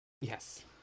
Yes